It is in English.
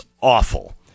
awful